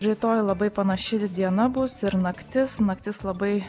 rytoj labai panaši diena bus ir naktis naktis labai